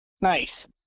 Nice